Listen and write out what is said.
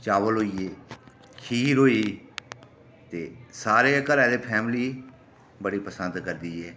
चावल होई गे खीर होई ते सारे घरै दी फैमिली बड़ी पसंद करदी ऐ